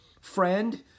Friend